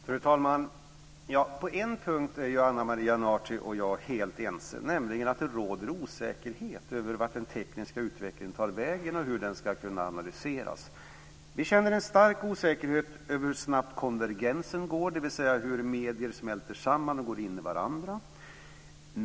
Fru talman! På en punkt är Ana Maria Narti och jag helt ense, nämligen att det råder osäkerhet över vart den tekniska utvecklingen tar vägen och hur den ska kunna analyseras. Vi känner en stark osäkerhet över hur snabbt konvergensen går, dvs. hur medier smälter samman och går in i varandra.